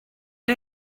der